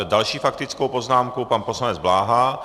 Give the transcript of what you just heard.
Další s faktickou poznámkou, pan poslanec Bláha.